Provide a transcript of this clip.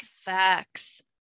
facts